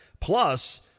Plus